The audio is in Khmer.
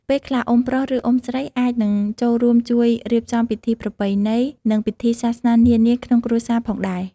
ពេលខ្លះ អ៊ុំប្រុស ឬ អ៊ុំស្រីអាចនឹងចូលរួមជួយរៀបចំពិធីប្រពៃណី និងពិធីសាសនានានាក្នុងគ្រួសារផងដែរ។